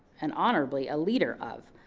and honorably, a leader of.